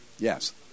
Yes